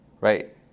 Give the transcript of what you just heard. right